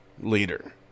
leader